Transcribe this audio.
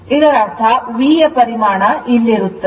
ಇದರರ್ಥ V ಯ ಪರಿಮಾಣ ಇಲ್ಲಿರುತ್ತದೆ